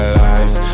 life